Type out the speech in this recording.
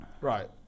right